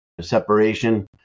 separation